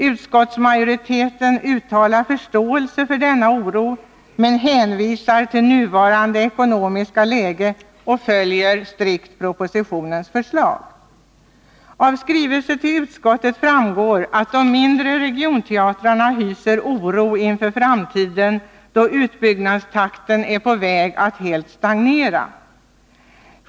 Utskottsmajoriteten uttalar förståelse för denna oro men hänvisar till nuvarande ekonomiska läge och följer strikt propositionens förslag. Av skrivelser till utskottet framgår att de mindre regionteatrarna hyser oro inför framtiden, då utbyggnadstakten är på väg att helt stagnera.